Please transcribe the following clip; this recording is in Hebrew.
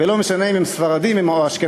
ולא משנה אם הם ספרדים או אשכנזים,